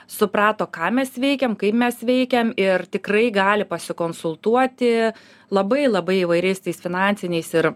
suprato ką mes veikiam kaip mes veikiam ir tikrai gali pasikonsultuoti labai labai įvairiais tais finansiniais ir